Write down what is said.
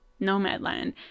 Nomadland